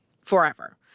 forever